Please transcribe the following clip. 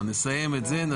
אז תשימו את זה בחוקה.